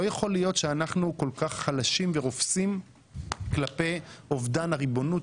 לא יכול להיות שאנחנו כל כך חלשים ורופסים כלפי אובדן הריבונות,